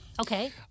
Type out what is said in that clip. Okay